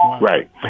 Right